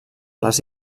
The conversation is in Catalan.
les